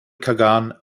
kagan